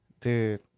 dude